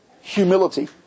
Humility